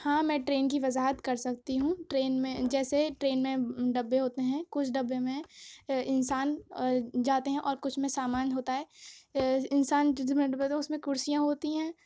ہاں میں ٹرین کی وضاحت کر سکتی ہوں ٹرین میں جیسے ٹرین میں ڈبے ہوتے ہیں کچھ ڈبے میں انسان جاتے ہیں اور کچھ میں سامان ہوتا ہے انسان جس میں ڈبے ہوتے ہیں اس میں کرسیاں ہوتی ہیں